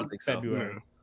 February